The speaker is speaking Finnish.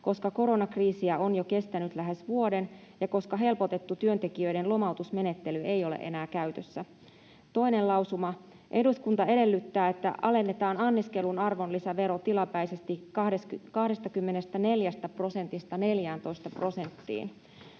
koska koronakriisiä on jo kestänyt lähes vuoden ja koska helpotettu työntekijöiden lomautusmenettely ei ole enää käytössä. Toinen lausuma: ”Eduskunta edellyttää, että alennetaan anniskelun arvonlisävero tilapäisesti 24 prosentista 14 prosenttiin.”